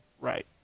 Right